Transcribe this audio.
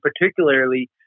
particularly